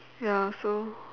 ya so